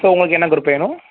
so உங்களுக்கு என்ன group வேணும்